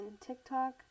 tiktok